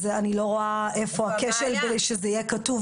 אז אני לא רואה איפה הכשל בזה שזה יהיה כתוב